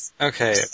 Okay